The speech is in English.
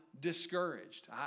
discouraged